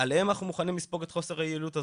עליהם אנחנו מוכנים לספוג את חוסר היעילות הזו.